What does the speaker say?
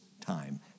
time